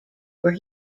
where